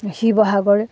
Sivasagar